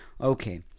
Okay